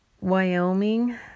Wyoming